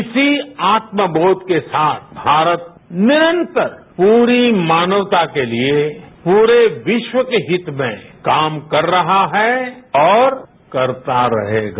इसी आत्म बोध के साथ भारत निरंतर पूरी मानवता के लिए पूरे विश्व के हित में काम कर रहा है और करता रहेगा